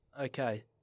Okay